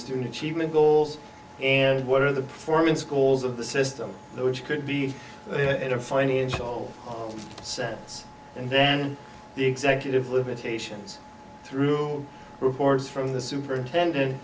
student achievement goals and what are the performance goals of the system which could be in a financial sense and then the executive limitations through reports from the superintendent